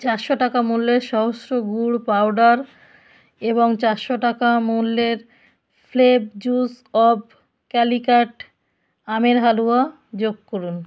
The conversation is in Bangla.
চারশো টাকা মূল্যের সহস্র গুড় পাউডার এবং চারশো টাকা মূল্যের ফ্লেভজুস অব কালিকাট আমের হালুয়া যোগ করুন